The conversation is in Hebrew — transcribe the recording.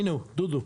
הינה הוא, דודו.